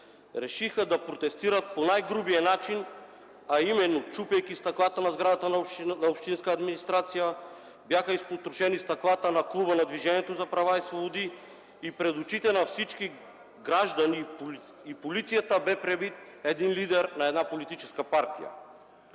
решиха да протестират по най-грубия начин, а именно, чупейки стъклата на сградата на общинската администрация. Бяха изпотрошени стъклата на клуба на „Движението за права и свободи”. Пред очите на всички граждани и полицията бе пребит един лидер на политическа партия.